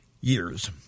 years